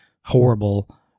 horrible